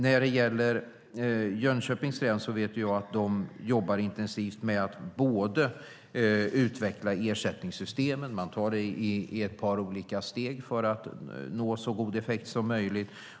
När det gäller Jönköpings län vet jag att de jobbar intensivt med att utveckla ersättningssystemen. Man tar det i ett par olika steg för att nå så god effekt som möjligt.